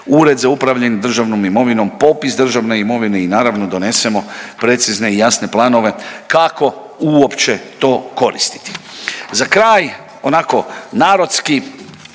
Ured za upravljanje državnom imovinom, popis državne imovine i naravno donesemo precizne i jasne planove kako uopće to koristiti. Za kraj onako narodski